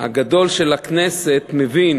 הגדול של הכנסת מבין,